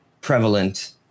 prevalent